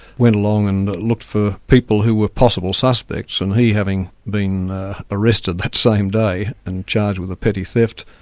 went along and looked for people who were possible suspects, and he having been arrested that same day and charged with a petty theft,